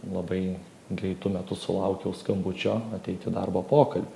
labai greitu metu sulaukiau skambučio ateit į darbo pokalbį